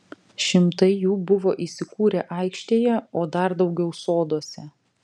šimtai jų buvo įsikūrę aikštėje o dar daugiau soduose